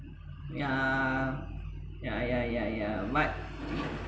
yeah yeah yeah yeah yeah but